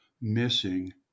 missing